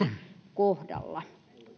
kohdalla